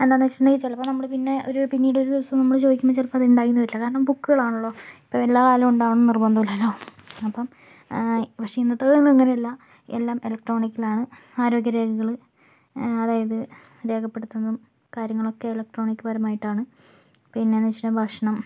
എന്താണെന്ന് വച്ചിട്ടുണ്ടെങ്കിൽ ചിലപ്പോൾ നമ്മൾ പിന്നെ ഒരു പിന്നീടൊരു ദിവസം നമ്മൾ ചോദിക്കുമ്പോൾ ചിലപ്പോൾ അതുണ്ടായിയെന്നു വരില്ല കാരണം ബുക്കുകളാണല്ലോ ഇപ്പം എല്ലാ കാലവും ഉണ്ടാവണം എന്നു നിർബന്ധം ഇല്ലല്ലോ അപ്പം പക്ഷെ ഇന്നത്തതെന്നു അങ്ങനെയല്ല എല്ലാം ഇലക്ട്രോണിക്കിലാണ് ആരോഗ്യ രേഖകൾ അതായത് രേഖപ്പെടുത്തുന്നതും കാര്യങ്ങളൊക്കെ ഇലക്ട്രോണിക് പരമായിട്ടാണ് പിന്നെയെന്ന് വച്ചിട്ടുണ്ടെങ്കിൽ ഭക്ഷണം